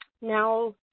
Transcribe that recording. Now